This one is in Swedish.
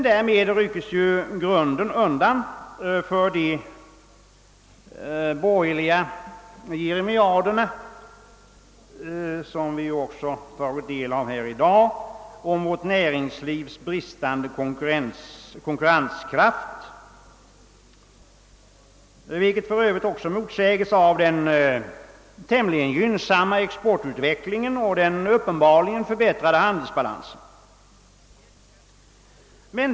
Därmed ryckes ju grunden undan för de borgerliga jeremiaderna — som vi också tagit del av här — om vårt näringslivs bristande konkurrenskraft. Detta tal motsäges för övrigt också av den tämligen gynnsamma exportutvecklingen och den uppenbarligen förbättrade handelsbalansen.